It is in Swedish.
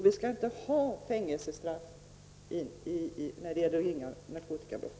Vi skall inte ha fängelsestraff för ringa narkotikabrott.